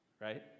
right